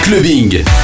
clubbing